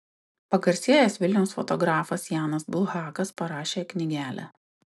pagarsėjęs vilniaus fotografas janas bulhakas parašė knygelę